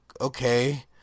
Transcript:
Okay